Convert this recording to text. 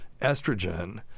estrogen